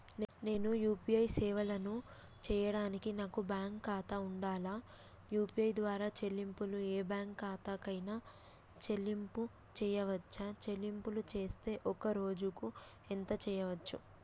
నేను యూ.పీ.ఐ సేవలను చేయడానికి నాకు బ్యాంక్ ఖాతా ఉండాలా? యూ.పీ.ఐ ద్వారా చెల్లింపులు ఏ బ్యాంక్ ఖాతా కైనా చెల్లింపులు చేయవచ్చా? చెల్లింపులు చేస్తే ఒక్క రోజుకు ఎంత చేయవచ్చు?